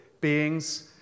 beings